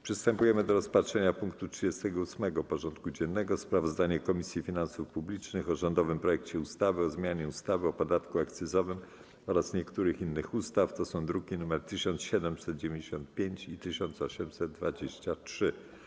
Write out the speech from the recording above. Przystępujemy do rozpatrzenia punktu 38. porządku dziennego: Sprawozdanie Komisji Finansów Publicznych o rządowym projekcie ustawy o zmianie ustawy o podatku akcyzowym oraz niektórych innych ustaw (druki nr 1795 i 1823)